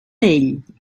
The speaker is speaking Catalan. ell